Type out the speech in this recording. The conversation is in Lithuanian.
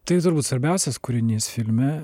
tai turbūt svarbiausias kūrinys filme